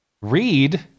read